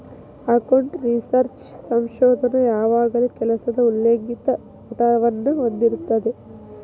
account research ಸಂಶೋಧನ ಯಾವಾಗಲೂ ಕೆಲಸದ ಉಲ್ಲೇಖಿತ ಪುಟವನ್ನ ಹೊಂದಿರತೆತಿ